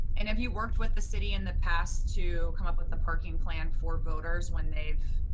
and have you worked with the city in the past to come up with a parking plan for voters when they've,